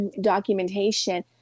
documentation